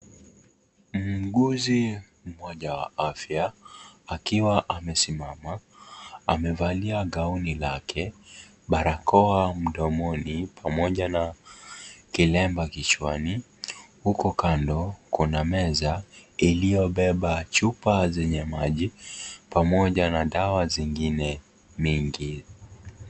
Muuguzi mmoja wa afya akiwa amesimama. Amevalia gauni lake, barakoa mdomoni pamoja na kilemba kichwani. Huko kando kuna meza iliyobeba chupa zenye maji pamoja na dawa zingine mingi.